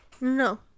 No